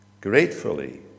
gratefully